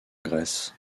grèce